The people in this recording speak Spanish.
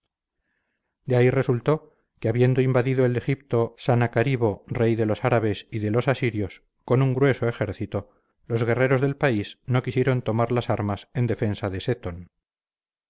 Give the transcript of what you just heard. de ahí resultó que habiendo invadido el egipto sanacaribo rey de los árabes y de los asirios con un grueso ejército los guerreros del país no quisieron tomar las armas en defensa de seton